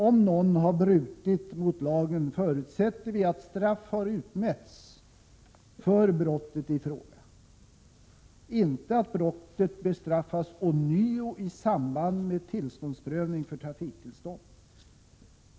Om någon har brutit mot lagen förutsätter vi att straff har utmätts för brottet i fråga, inte att brottet bestraffas ånyo i samband med tillståndsprövning för trafiktillstånd.